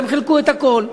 הם חילקו את הכול.